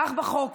כך בחוק.